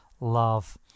love